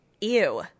ew